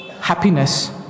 happiness